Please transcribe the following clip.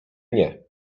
nie